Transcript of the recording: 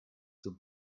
zum